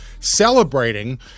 celebrating